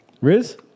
Riz